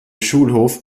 schulhof